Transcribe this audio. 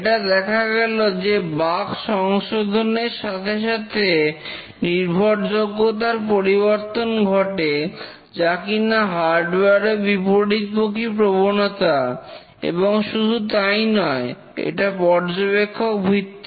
এটা দেখা গেল যে বাগ সংশোধনের সাথে সাথে নির্ভরযোগ্যতার পরিবর্তন ঘটে যা কিনা হার্ডওয়ার এর বিপরীতমুখী প্রবণতা এবং শুধু তাই নয় এটা পর্যবেক্ষক ভিত্তিক